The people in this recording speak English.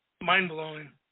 mind-blowing